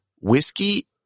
whiskey